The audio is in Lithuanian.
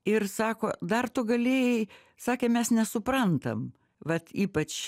ir sako dar tu galėjai sakė mes nesuprantam vat ypač